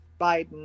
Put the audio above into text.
Biden